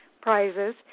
prizes